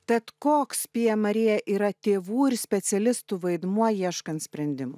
tad koks pija marija yra tėvų ir specialistų vaidmuo ieškant sprendimų